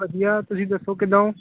ਵਧੀਆ ਤੁਸੀਂ ਦੱਸੋ ਕਿੱਦਾਂ ਹੋ